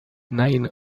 nine